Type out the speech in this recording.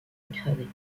écrasée